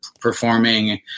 performing